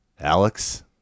Alex